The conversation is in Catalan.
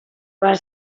per